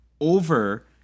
over